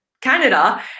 Canada